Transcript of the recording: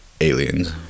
aliens